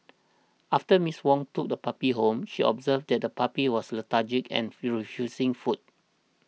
after Miss Wong took the puppy home she observed that the puppy was lethargic and refusing food